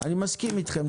אני מסכים איתכם.